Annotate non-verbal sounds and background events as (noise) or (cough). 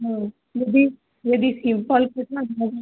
हाँ यदि यदि सिम्पल कट ना (unintelligible)